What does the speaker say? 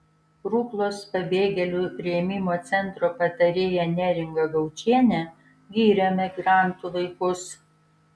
ruklos pabėgėlių priėmimo centro patarėja neringa gaučienė giria migrantų vaikus